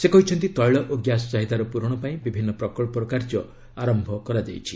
ସେ କହିଛନ୍ତି ତୈଳ ଓ ଗ୍ୟାସ୍ ଚାହିଦାର ପ୍ରରଣ ପାଇଁ ବିଭିନ୍ନ ପ୍ରକଳ୍ପର କାର୍ଯ୍ୟ ଆରମ୍ଭ କରାଯାଇଛି